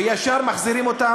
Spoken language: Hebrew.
וישר מחזירים אותם,